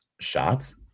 shots